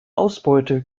ausbeute